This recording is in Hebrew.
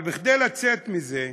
אבל כדי לצאת מזה,